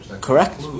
Correct